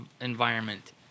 environment